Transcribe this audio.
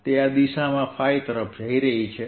તે આ ϕ દિશામાંનું ક્ષેત્ર છે